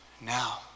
now